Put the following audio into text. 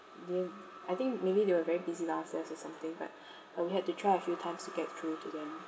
they I think maybe they were very busy downstairs or something but uh we had to try a few times to get through to them